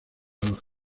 los